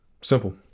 simple